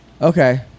Okay